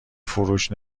فروش